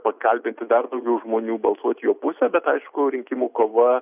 pakalbinti dar daugiau žmonių balsuoti į jo pusę bet aišku rinkimų kova